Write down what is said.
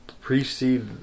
precede